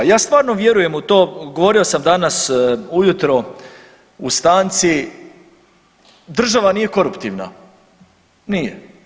Ja stvarno vjerujem u to, govorio sam danas ujutro u stanci, država nije koruptivna, nije.